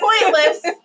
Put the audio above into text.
pointless